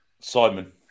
Simon